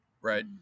right